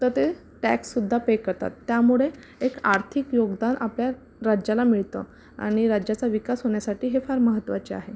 तर ते टॅक्ससुद्धा पे करतात त्यामुळे एक आर्थिक योगदान आपल्या राज्याला मिळतं आणि राज्याचा विकास होण्यासाठी हे फार महत्त्वाचे आहे